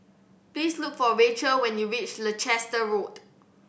please look for Racheal when you reach Leicester Road